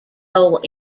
role